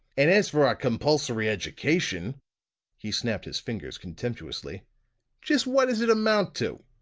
and as for our compulsory education he snapped his fingers contemptuously just what does it amount to?